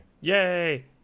Yay